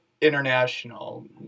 international